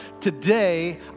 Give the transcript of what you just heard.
Today